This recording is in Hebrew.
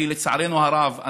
לצערנו הרב,